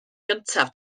gyntaf